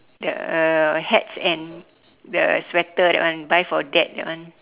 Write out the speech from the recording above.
the uh hats and the sweater that one buy for dad that one